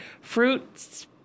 Fruit's